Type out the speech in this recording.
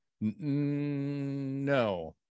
No